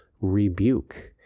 rebuke